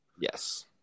Yes